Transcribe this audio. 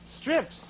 strips